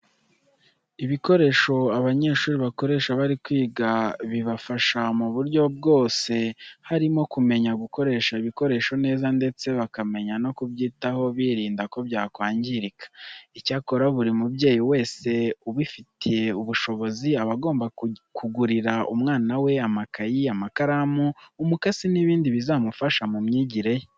Ibikoresho abanyeshuri bakoresha bari kwiga bibafasha mu buryo bwose harimo kumenya gukoresha ibikoresho neza ndetse bakamenya no kubyitaho birinda ko byakwangirika. Icyakora buri mubyeyi wese ubifitiye ubushobozi aba agomba kugurira umwana we amakayi, amakaramu, umukasi n'ibindi bizamufasha mu myigire ye.